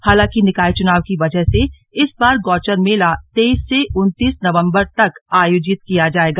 हालांकि निकाय चुनाव की वजह से इस बार गौचर मेला तेइस से उनतीस नवंबर तक आयोजित किया जायेगा